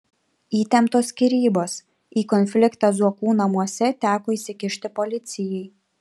įtemptos skyrybos į konfliktą zuokų namuose teko įsikišti policijai